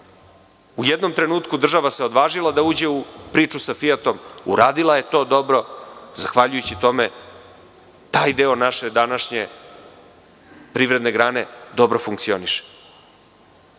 u jednom trenutku država se odvažila da uđe u priču sa „Fijatom“, uradila je to dobro i zahvaljujući tome taj deo naše današnje privredne grane dobro funkcioniše.